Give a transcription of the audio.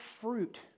fruit